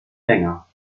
länger